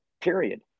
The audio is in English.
period